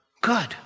good